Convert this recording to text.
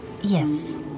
yes